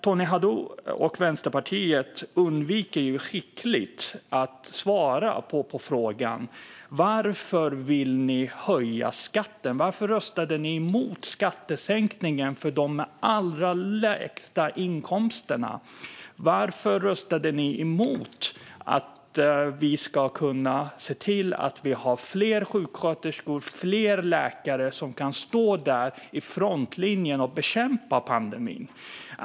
Tony Haddou och Vänsterpartiet undviker skickligt att svara på frågan varför de vill höja skatten. Varför röstade de emot skattesänkningen för dem med allra lägst inkomst? Varför röstade de emot att ha fler sjuksköterskor och läkare som kan stå i frontlinjen och bekämpa pandemin?